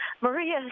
Maria